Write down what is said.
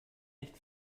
nicht